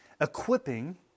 equipping